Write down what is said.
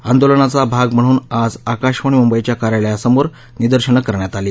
आंदोलनाचा भाग म्हणून आज आकाशवाणी मुंबईच्या कार्यालयासमोर निदर्शनं करण्यात आली